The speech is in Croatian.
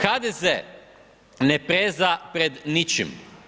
HDZ ne preza pred ničim.